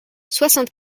soixante